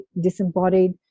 disembodied